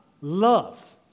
love